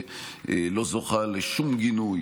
היא לא זוכה לשום גינוי